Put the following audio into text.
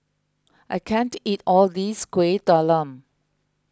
I can't eat all this Kuih Talam